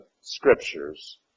scriptures